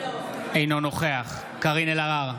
אינו נוכח קארין אלהרר,